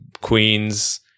Queens